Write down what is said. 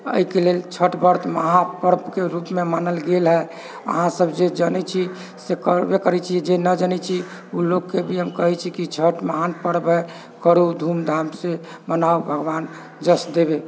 अइके लेल छठ व्रत महापर्बके रूपमे मानल गेल हय अहाँ सभ जे जनै छी से करबे करै छियै जे नहि जनै छी उ लोकके भी हम कहै छियै कि छठ महान पर्व हय करू धूमधामसँ मनाउ भगवान यश देबे